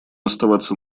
оставаться